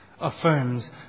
affirms